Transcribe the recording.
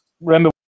Remember